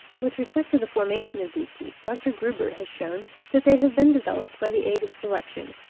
with respect to the formation of these teeth, dr. gruber has shewn that they have been developed by the aid of selection,